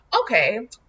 okay